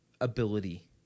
ability